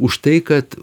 už tai kad